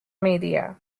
media